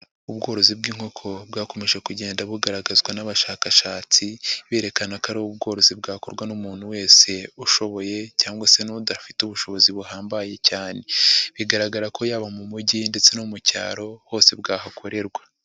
Ubworozi bw'inkoko bwakomeje kugenda bugaragazwa n'abashakashatsi, berekana ko ari ubworozi bwakorwa n'umuntu wese ushoboye cyangwa se n'udafite ubushobozi buhambaye cyane. Bigaragara ko yaba mu mujyi ndetse no mu cyaro hose bwahakorerwa.